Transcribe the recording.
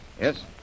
Yes